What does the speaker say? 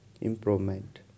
improvement